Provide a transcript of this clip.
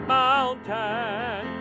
mountain